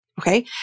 Okay